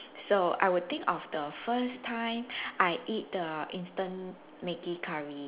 so I will think of the first time I eat the instant Maggi curry